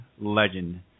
legend